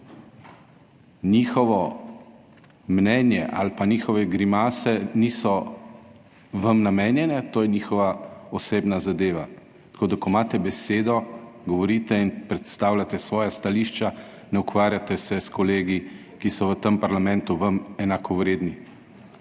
Njihovo mnenje ali pa njihove grimase niso namenjene vam, to je njihova osebna zadeva, tako da, ko imate besedo, govorite in predstavljajte svoja stališča, ne ukvarjajte se s kolegi, ki so vam v tem parlamentu enakovredni.